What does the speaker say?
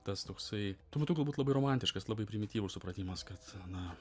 tas toksai tuo metu galbūt labai romantiškas labai primityvus supratimas kad na